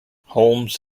holmes